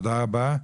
תודה רבה.